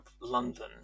London